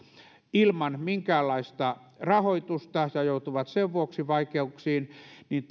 ilman minkäänlaista rahoitusta ja joutuvat sen vuoksi vaikeuksiin niin